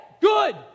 Good